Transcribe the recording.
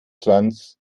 schwanz